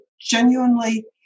genuinely